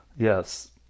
Yes